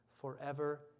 forever